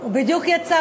הוא בדיוק יצא,